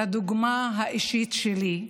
לדוגמה האישית שלי,